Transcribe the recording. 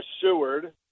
Seward